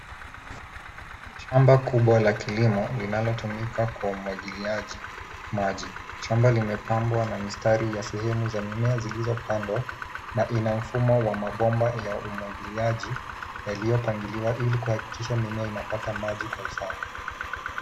Shamba kubwa la kilimo linalotumika kwa umwagiliaji maji. Shamba limepambwa mistari za sehemu mimea zilizopandwa na ina mfumo wa mabomba ya umwagiliaji yaliyopangiliwa ili kuhakikisha mimea inapata maji kwa usawa.